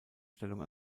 stellung